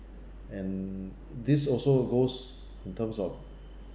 and this also goes in terms of